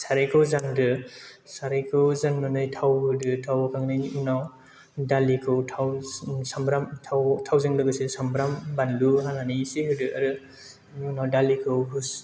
सारायखौ जानदो सारायखौ जाननानै थाव होदो थाव होखांनायनि उनाव दालिखौ थाव सामब्राम थाव थावजों लोगोसे सामब्राम बानलु हानानै एसे होदो आरो बिनि उनाव दालिखौ हो